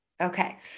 Okay